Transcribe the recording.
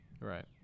right